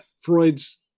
Freud's